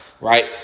right